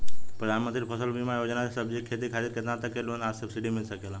प्रधानमंत्री फसल बीमा योजना से सब्जी के खेती खातिर केतना तक के लोन आ सब्सिडी मिल सकेला?